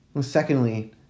Secondly